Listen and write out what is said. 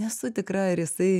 nesu tikra ar jisai